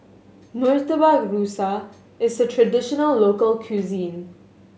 Murtabak Rusa is a traditional local cuisine